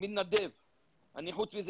כי כדי לפעול למען להציל יהודים ולמנוע